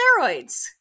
steroids